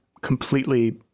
completely